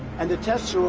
and the tests are